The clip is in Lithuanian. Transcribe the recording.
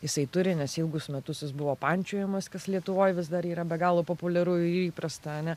jisai turi nes ilgus metus jis buvo pančiojamas kas lietuvoj vis dar yra be galo populiaru ir įprasta ane